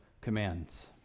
commands